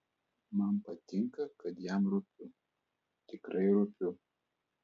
man patinka kad jam rūpiu tikrai rūpiu